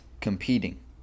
competing